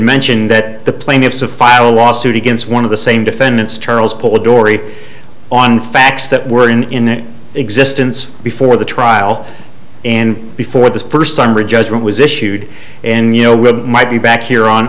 mention that the plaintiffs to file a lawsuit against one of the same defendants turtles put dory on facts that were in existence before the trial and before the first summer judgement was issued and you know women might be back here on